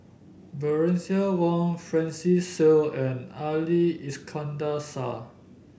Bernice Wong Francis Seow and Ali Iskandar Shah